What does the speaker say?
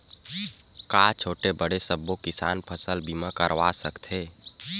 का छोटे बड़े सबो किसान फसल बीमा करवा सकथे?